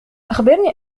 أخبرني